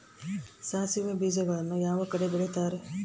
ಸಾಸಿವೆ ಬೇಜಗಳನ್ನ ಯಾವ ಕಡೆ ಬೆಳಿತಾರೆ?